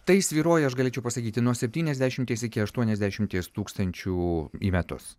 tai svyruoja aš galėčiau pasakyti nuo septyniasdešimties iki aštuoniasdešimties tūkstančių į metus